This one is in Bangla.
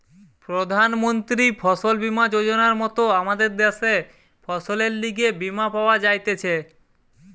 প্রধান মন্ত্রী ফসল বীমা যোজনার মত আমদের দ্যাশে ফসলের লিগে বীমা পাওয়া যাইতেছে